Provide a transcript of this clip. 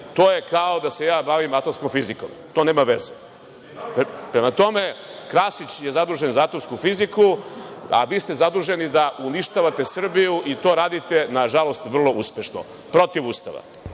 to je kao da se ja bavim atomskom fizikom. To nema veze. Prema tome, Krasić je zadužen za atomsku fiziku, a vi ste zaduženi da uništavate Srbiju i to radite, na žalost, vrlo uspešno protiv Ustava.